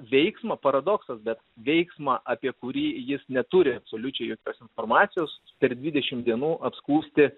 veiksmą paradoksas bet veiksmą apie kurį jis neturi absoliučiai jokios informacijos per dvidešim dienų apskųsti